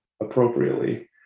appropriately